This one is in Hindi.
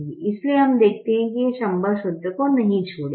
इसलिए हम देखते हैं कि यह संभव क्षेत्र को नहीं छोड़ेगी